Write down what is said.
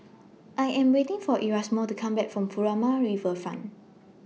I Am waiting For Erasmo to Come Back from Furama Riverfront